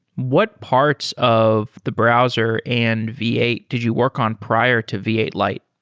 what parts of the browser and v eight did you work on prior to v eight lite?